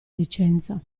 licenza